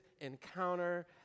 encounter